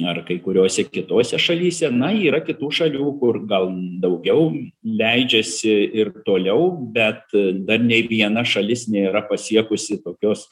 ar kai kuriose kitose šalyse na yra kitų šalių kur gal daugiau leidžiasi ir toliau bet dar nei viena šalis nėra pasiekusi tokios